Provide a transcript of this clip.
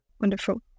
Wonderful